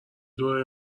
دوره